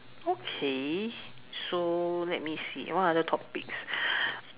okay so let me see what other topics